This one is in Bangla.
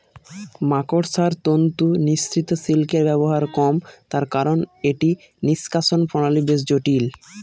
মাকড়সার তন্তু নিঃসৃত সিল্কের ব্যবহার কম তার কারন এটি নিঃষ্কাষণ প্রণালী বেশ জটিল